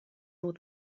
more